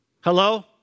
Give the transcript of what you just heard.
Hello